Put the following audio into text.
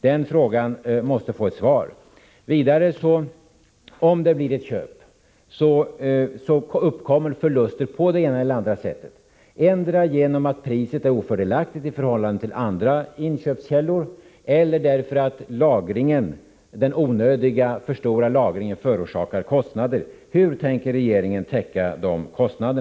Dessa frågor måste få svar. Om det sker ett köp av olja uppkommer det förluster på ett eller annat sätt, endera genom att priset är ofördelaktigt i förhållande till andra inköpskällor eller därför att den onödiga, för stora lagringen förorsakar kostnader. Hur tänker regeringen täcka dessa kostnader?